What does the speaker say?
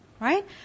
Right